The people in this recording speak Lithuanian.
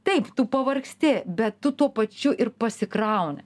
taip tu pavargsti bet tu tuo pačiu ir pasikrauni